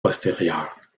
postérieures